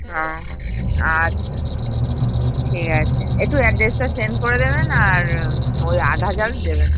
ও আচ্ছা ঠিক আছে একটু অ্যাড্রেসটা সেন্ড করে দেবেন আর ওই আট হাজার দেবেন